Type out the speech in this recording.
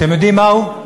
אתם יודעים מהו?